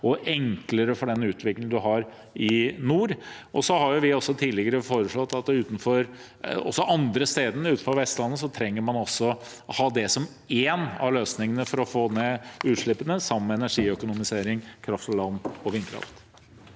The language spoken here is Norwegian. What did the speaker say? og enklere for den utviklingen som er i nord. Vi har tidligere foreslått at også andre steder, som utenfor Vestlandet, trenger man å ha det som en av løsningene for å få ned utslippene, sammen med energiøkonomisering, kraft fra land og vindkraft.